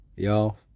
Y'all